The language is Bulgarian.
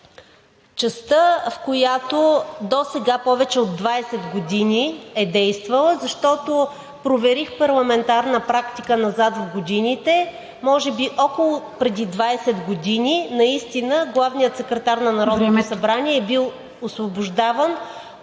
частта, в която досега повече от 20 години е действала, защото проверих парламентарната практика назад в годините, може би преди 20 години наистина главният секретар на Народното събрание е бил освобождаван